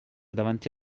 davanti